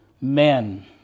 men